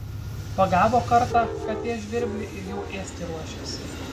pagavo kartą katė žvirblį ir jau ėsti ruošiasi